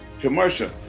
commercial